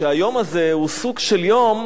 שהיום הזה הוא סוג של יום